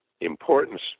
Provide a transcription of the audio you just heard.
importance